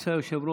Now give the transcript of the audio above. ירצה היושב-ראש,